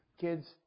kids